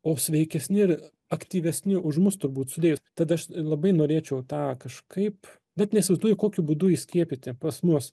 o sveikesni ir aktyvesni už mus turbūt sudėjus tada aš labai norėčiau tą kažkaip net neįsivaizduoju kokiu būdu įskiepyti pas mus